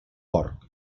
porc